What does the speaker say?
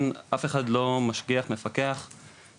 ואף אחד לא משגיח או מפקח על הנושא הזה.